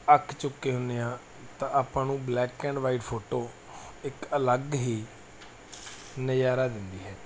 ਅੱਕ ਚੁੱਕੇ ਹੁੰਦੇ ਆ ਤਾਂ ਆਪਾਂ ਨੂੰ ਬਲੈਕ ਐਂਡ ਵਾਈਟ ਫੋਟੋ ਇੱਕ ਅਲੱਗ ਹੀ ਨਜ਼ਾਰਾ ਦਿੰਦੀ ਹੈ